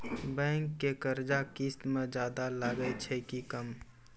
Bank के कर्जा किस्त मे ज्यादा लागै छै कि कम?